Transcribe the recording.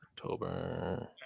October